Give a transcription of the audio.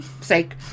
sake